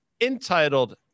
entitled